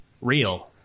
real